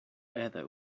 heather